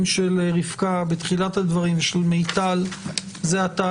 של רבקה מתחילת הדברים ושל מיטל זה עתה,